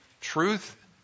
Truth